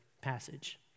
passage